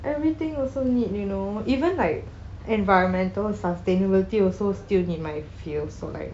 everything also need you know even like environmental sustainability also still need my field so like